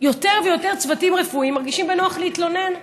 יותר ויותר צוותים רפואיים מרגישים בנוח להתלונן.